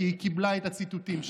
כי היא קיבלה את הציטוטים שלה,